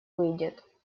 выйдет